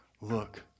look